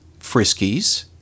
Friskies